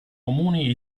comuni